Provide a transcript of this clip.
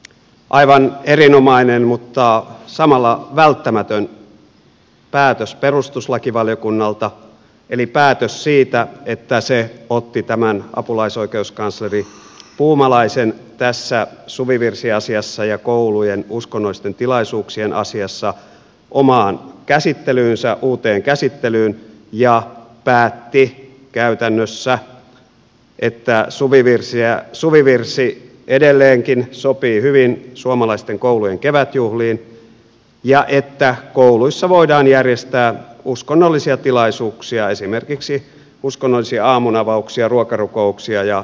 aivan erinomainen mutta samalla välttämätön päätös perustuslakivaliokunnalta eli päätös siitä että se otti tämän apulaisoikeuskansleri puumalaisen kannan tässä suvivirsiasiassa ja koulujen uskonnollisten tilaisuuksien asiassa omaan käsittelyynsä uuteen käsittelyyn ja päätti käytännössä että suvivirsi edelleenkin sopii hyvin suomalaisten koulujen kevätjuhliin ja että kouluissa voidaan järjestää uskonnollisia tilaisuuksia esimerkiksi uskonnollisia aamunavauksia ruokarukouksia ja joulukirkkotilaisuuksia